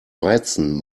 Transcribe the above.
weizen